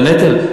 את הנטל?